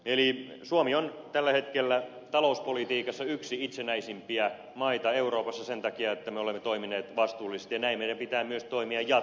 eli suomi on tällä hetkellä talouspolitiikassa yksi itsenäisimpiä maita euroopassa sen takia että me olemme toimineet vastuullisesti ja näin meidän pitää myös toimia jatkossa